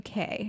UK